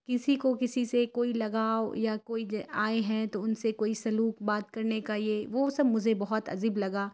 کسی کو کسی سے کوئی لگاؤ یا کوئی آئے ہیں تو ان سے کوئی سلوک بات کرنے کا یہ وہ سب مجھے بہت عجیب لگا